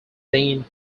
deane